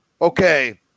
okay